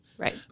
Right